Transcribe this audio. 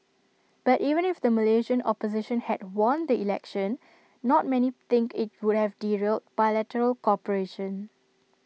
but even if the Malaysian opposition had won the election not many think IT would have derailed bilateral cooperation